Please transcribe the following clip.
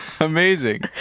Amazing